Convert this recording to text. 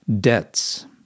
debts